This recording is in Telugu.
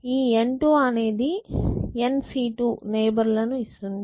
ఈ N2 అనేది nc2 నైబర్ లను ఇస్తుంది